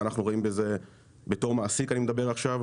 ואנחנו רואים בזה בתור מעסיק אני מדבר עכשיו,